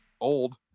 old